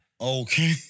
Okay